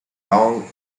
long